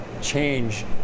change